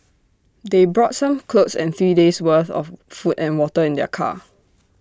they brought some clothes and three days worth of food and water in their car